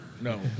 No